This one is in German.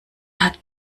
hat